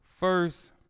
first